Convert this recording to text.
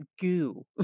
goo